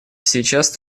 сейчас